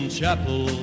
chapel